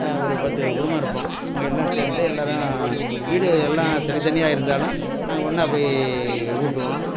ஒரு பத்து குடும்பம் இருப்போம் அவங்க எல்லாம் சேர்ந்து எல்லாரும் வீடு எல்லாம் தனித்தனியாக இருந்தாலும் நாங்கள் ஒன்றா போய் ஊட்டுவோம்